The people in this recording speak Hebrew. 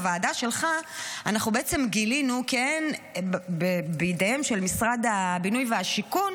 בוועדה שלך אנחנו בעצם גילינו כי אין בידיהם של משרד הבינוי והשיכון